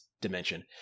dimension